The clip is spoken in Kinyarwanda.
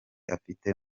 afite